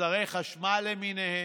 מוצרי חשמל למיניהם.